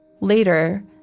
Later